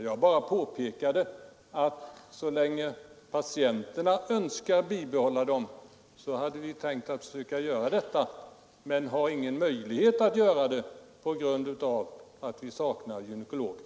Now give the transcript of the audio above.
Jag bara påpekade att så länge patienterna önskar bibehålla dem, hade vi tänkt försöka göra det, men vi har ingen möjlighet därtill på grund av att vi saknar gynekologer.